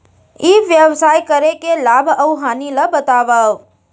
ई व्यवसाय करे के लाभ अऊ हानि ला बतावव?